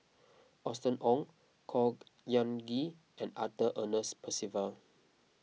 Austen Ong Khor Ean Ghee and Arthur Ernest Percival